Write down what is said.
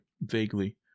vaguely